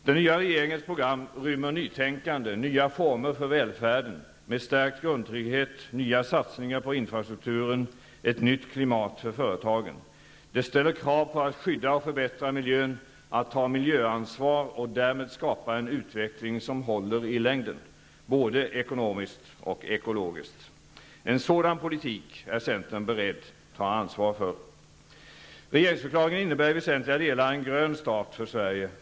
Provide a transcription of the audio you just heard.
Den nya regeringens program rymmer nytänkande -- nya former för välfärden -- med stärkt grundtrygghet, nya satsningar på infrastrukturen, ett nytt klimat för företagen. Det ställer krav på att skydda och förbättra miljön, att ta miljöansvar och därmed skapa en utveckling som håller i längden, både ekonomiskt och ekologiskt. En sådan politik är centern beredd att ta ansvar för. Regeringsförklaringen innebär i väsentliga delar en grön start för Sverige.